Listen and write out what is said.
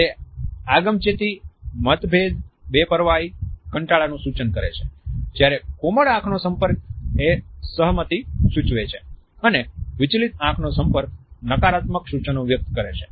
તે આગમચેતી મતભેદ બેપરવાઈ કંટાળાનું સૂચન કરે છે જ્યારે કોમળ આંખોનો સંપર્ક એ સહમતી સૂચવે છે અને વિચલિત આંખોનો સંપર્ક નકારાત્મક સૂચનો વ્યક્ત કરે છે